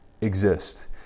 exist